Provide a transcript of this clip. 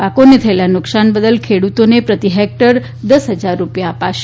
પાકોને થયેલા નુકસાન બદલ ખેડૂતોને પ્રતિ હેક્ટર દસ હજાર રૂપિયા અપાશે